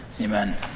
Amen